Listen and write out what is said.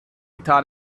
thought